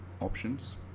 options